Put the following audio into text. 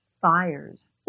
fires